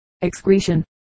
excretion